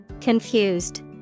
Confused